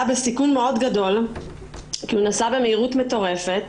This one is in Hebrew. בסיכון גדול מאוד כי הוא נסע במהירות מטורפת